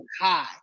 high